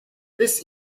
this